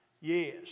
Yes